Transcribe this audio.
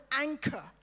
anchor